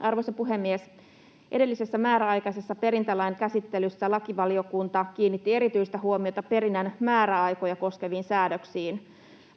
Arvoisa puhemies! Edellisessä määräaikaisen perintälain käsittelyssä lakivaliokunta kiinnitti erityistä huomiota perinnän määräaikoja koskeviin säännöksiin.